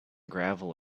gravel